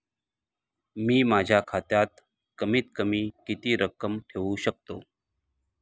मी माझ्या खात्यात कमीत कमी किती रक्कम ठेऊ शकतो?